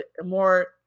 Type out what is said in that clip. more